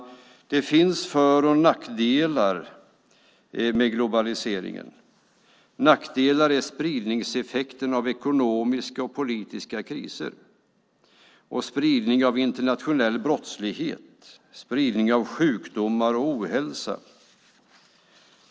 Det finns för och nackdelar med globaliseringen. Nackdelarna är spridningseffekten av ekonomiska och politiska kriser, spridning av internationell brottslighet och spridning av sjukdomar och ohälsa.